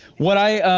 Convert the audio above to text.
what i,